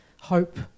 hope